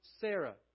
Sarah